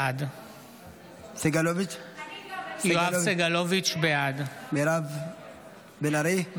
בעד יואב סגלוביץ' בעד מירב בן ארי,